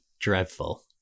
dreadful